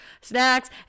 Snacks